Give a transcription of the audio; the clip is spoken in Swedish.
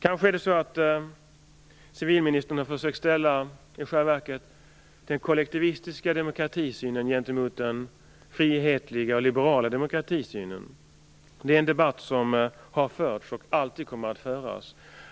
Kanske har civilministern försökt ställa den kollektivistiska demokratisynen mot den frihetliga, liberala demokratisynen. Det är en debatt som har förts och som alltid kommer att föras.